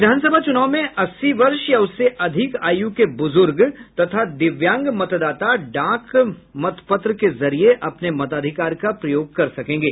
विधानसभा चूनाव में अस्सी वर्ष या उससे अधिक आयू के बूजूर्ग तथा दिव्यांग मतदाता डाक मत पत्र के जरिये अपने मताधिकार का प्रयोग कर सकेंगे